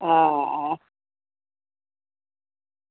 હા